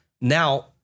Now